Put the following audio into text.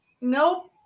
nope